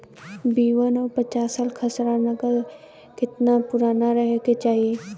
B one और पांचसाला खसरा नकल केतना पुरान रहे के चाहीं?